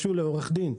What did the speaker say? משול לעורך דין.